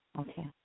Okay